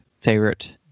favorite